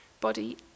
Body